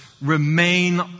remain